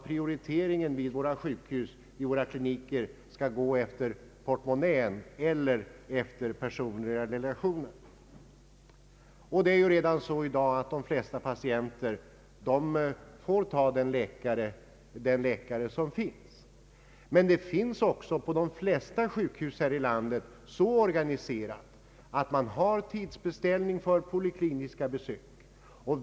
Prioriteringen vid våra sjukhus och kliniker skall inte gå efter portmonnän eller personliga relationer. Redan i dag får ju de flesta patienter ta den läkare som finns. Men på de flesta sjukhus här i landet är det så organiserat att man har tidsbeställning för polikliniska besök.